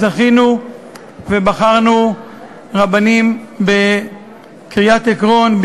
זכינו ובחרנו רבנים בקריית-עקרון,